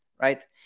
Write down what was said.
right